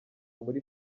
muri